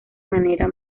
manera